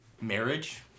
marriage